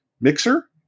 Mixer